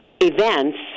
events